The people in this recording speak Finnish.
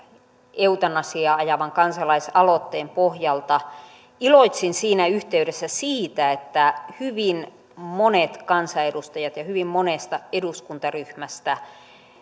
eutanasiaa ajavan kansalaisaloitteen pohjalta iloitsin siinä yhteydessä siitä että hyvin monet kansanedustajat nostivat ja hyvin monesta eduskuntaryhmästä